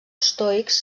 estoics